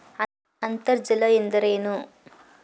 ಅಂತರ್ಜಲ ಎಂದರೇನು?